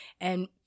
and-